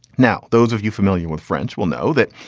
now those of you familiar with french will know that.